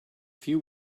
few